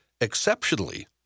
exceptionally